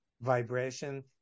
vibration